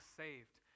saved